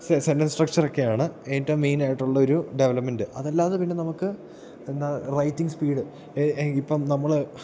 sentence സ്ട്രക്ചറൊക്കെയാണ് എറ്റവും മെയിനായിട്ടുള്ളൊരു ഡെവലപ്പ്മെൻറ്റ് അതല്ലാതെ പിന്നെ നമുക്ക് എന്താ റൈറ്റിങ് സ്പീഡ് ഇപ്പം നമ്മൾ